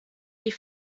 die